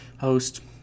host